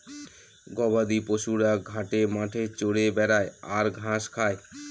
গবাদি পশুরা ঘাটে মাঠে চরে বেড়ায় আর ঘাস খায়